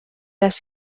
las